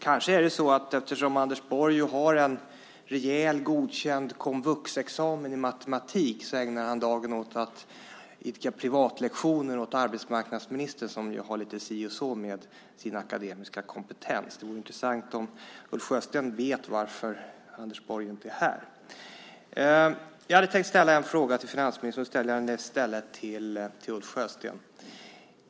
Kanske är det så att eftersom Anders Borg har en rejäl godkänd komvuxexamen i matematik ägnar han dagen åt att ge privatlektioner åt arbetsmarknadsministern som har det lite si och så med sin akademiska kompetens. Det vore intressant om Ulf Sjösten visste varför Anders Borg inte är här. Jag hade tänkt ställa en fråga till finansministern. Nu ställer jag den i stället till Ulf Sjösten.